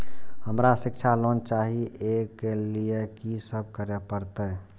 हमरा शिक्षा लोन चाही ऐ के लिए की सब करे परतै?